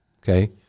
Okay